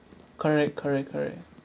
correct correct correct